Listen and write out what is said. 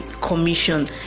commission